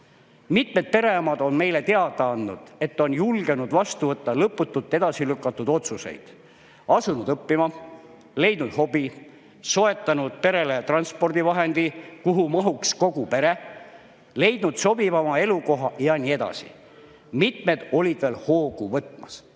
"Mitmed pereemad on meile teada andnud, et on julgenud vastu võtta lõputult edasi lükatud otsuseid: asunud õppima, leidnud hobi, soetanud perele transpordivahendi, kuhu mahuks kogu pere, leidnud sobivama elukoha ja nii edasi. Mitmed olid veel hoogu võtmas."